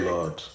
Lord